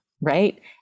right